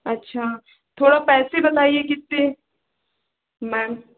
अच्छा थोड़ा पैसे बताइए कितने मैम